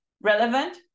relevant